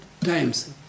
times